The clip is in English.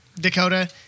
Dakota